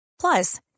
Plus